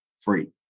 free